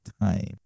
time